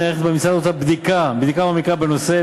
בימים אלה נערכת במשרד האוצר בדיקה מעמיקה בנושא,